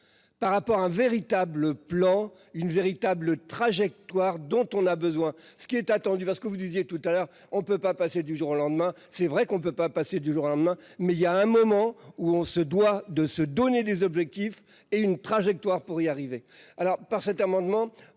Par rapport à un véritable plan une véritable trajectoire dont on a besoin, ce qui est attendu, parce que vous disiez tout à l'heure on ne peut pas passer du jour au lendemain. C'est vrai qu'on ne peut pas passer du drame mais il y a un moment où on se doit de se donner des objectifs et une trajectoire pour y arriver, alors par cet amendement